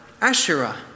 Asherah